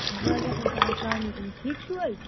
وعلیکُم السلام السلام علیکُم ٹھیٖک چھُو حظ